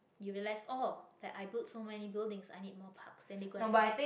you realise oh like i build so many buildings i need more parks then they go and try